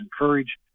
encourage